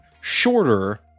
shorter